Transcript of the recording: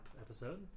episode